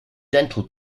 dental